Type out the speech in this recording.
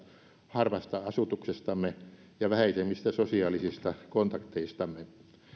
harvasta asutuksestamme ja vähäisemmistä sosiaalisista kontakteistamme